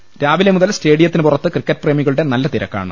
ഒരാവിലെ മുതൽ സ്റ്റേഡിയത്തിന് പുറത്ത് ക്രിക്കറ്റ് പ്രേമികളുടെ നല്ല തിരക്കാണ്